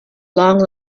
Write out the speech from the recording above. long